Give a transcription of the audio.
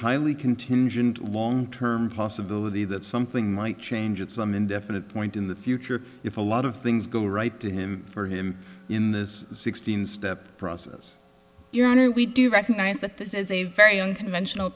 highly contingent long term possibility that something might change at some indefinite point in the future if a lot of things go right to him for him in this sixteen step process your honor we do recognize that this is a very unconventional